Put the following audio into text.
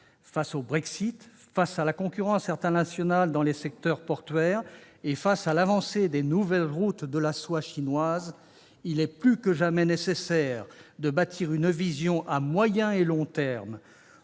Face au Brexit, face à la concurrence internationale dans le secteur portuaire, et face à l'avancée des « nouvelles routes de la soie » chinoises, il est plus que jamais nécessaire de bâtir une vision à moyen et long termes